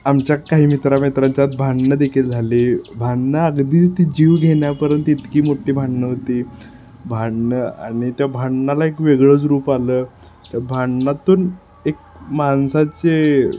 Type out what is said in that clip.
आमच्या काही मित्रामित्रांच्यात भांडणं देखील झाली भांडणं अगदीच ती जीव घेण्यापर्यंत इतकी मोठी भांडणं होती भांडणं आणि त्या भांडणाला एक वेगळंच रूप आलं त्या भांडणातून एक माणसाचे